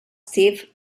steve